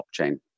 blockchain